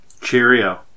cheerio